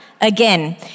again